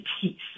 peace